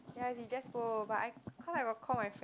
ya you can just go but I cause I got call my friend